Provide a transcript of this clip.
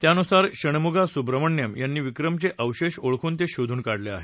यानुसार शण्मुगा सुब्रमण्यम यांनी विक्रमचे अवशेष ओळखून ते शोधून काढले आहेत